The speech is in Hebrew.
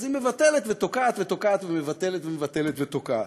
היא מבטלת ותוקעת ותוקעת ומבטלת ומבטלת ותוקעת,